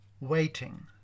Waiting